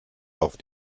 auf